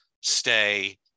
stay